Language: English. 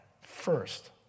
First